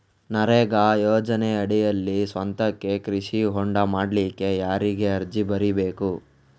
ನರೇಗಾ ಯೋಜನೆಯಡಿಯಲ್ಲಿ ಸ್ವಂತಕ್ಕೆ ಕೃಷಿ ಹೊಂಡ ಮಾಡ್ಲಿಕ್ಕೆ ಯಾರಿಗೆ ಅರ್ಜಿ ಬರಿಬೇಕು?